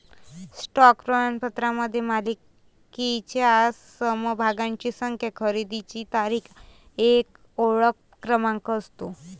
stock प्रमाणपत्रामध्ये मालकीच्या समभागांची संख्या, खरेदीची तारीख, एक ओळख क्रमांक असतो